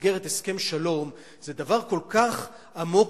במסגרת הסכם שלום, זה דבר כל כך עמוק